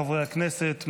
חברי הכנסת,